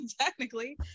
technically